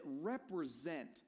represent